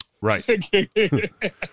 Right